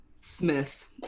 Smith